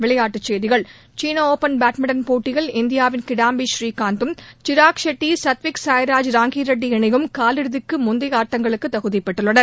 விளையாட்டுச்செய்திகள் சீன open badminton போட்டியில் இந்தியாவின் கிடாம்பி ஸ்ரீகாந்த் தம் சிராக் ஷெட்டி சத்விக்சாய்ராஜ் ராங்கிரெட்டி இணையும் காலிறுதிக்கு முந்தைய ஆட்டங்களுக்கு தகுதி பெற்றுள்ளனர்